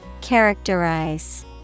Characterize